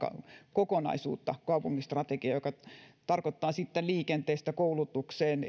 kokonaisuutta kaupunkistrategia joka tarkoittaa sitten kaikkia asioita liikenteestä koulutukseen